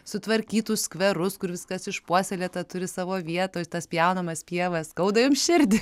sutvarkytus skverus kur viskas išpuoselėta turi savo vietoj tas pjaunamas pievas skauda jum širdį